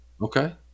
okay